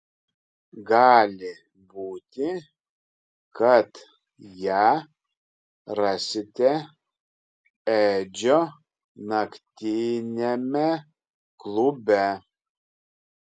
gali būti kad ją rasite edžio naktiniame klube